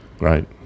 Right